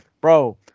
Bro